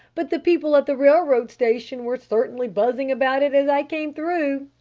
but the people at the railroad station were certainly buzzing about it as i came through.